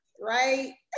right